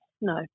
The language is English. no